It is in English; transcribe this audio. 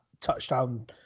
touchdown